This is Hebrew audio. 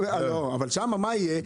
לא, אבל שם מה יהיה?